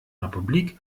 republik